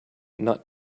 not